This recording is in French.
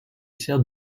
sert